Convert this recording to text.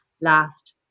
last